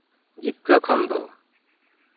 ᱡᱤᱵᱽᱠᱟᱹ ᱠᱷᱚᱱ ᱫᱚ